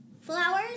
flowers